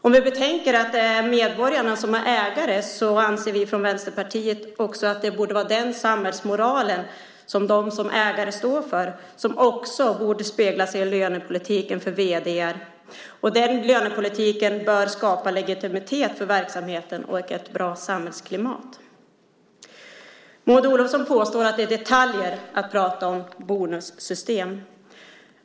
Om vi betänker att det är medborgarna som är ägare anser vi från Vänsterpartiet att det borde vara den samhällsmoralen som de som ägare står för som också borde speglas i lönepolitiken för vd:ar. Den lönepolitiken bör skapa legitimitet för verksamheten och ett bra samhällsklimat. Maud Olofsson påstår att det är detaljer att prata om bonussystem.